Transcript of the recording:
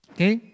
Okay